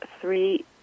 three